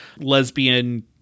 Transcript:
lesbian